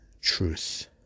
Truth